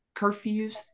curfews